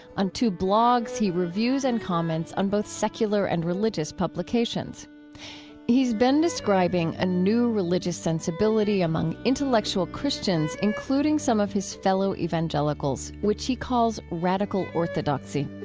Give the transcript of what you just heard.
on two blogs he reviews and comments on both secular and religious publications he's been describing a new religious sensibility among intellectual christians, including some of his fellow evangelicals, which he calls radical orthodoxy.